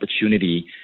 opportunity